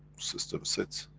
systems sits.